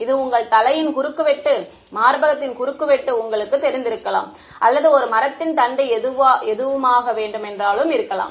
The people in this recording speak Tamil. இது உங்கள் தலையின் குறுக்கு வெட்டு மார்பகத்தின் குறுக்குவெட்டு உங்களுக்குத் தெரிந்திருக்கலாம் அல்லது ஒரு மரத்தின் தண்டு எதுவுமாக வேண்டுமென்றாலும் இருக்கலாம்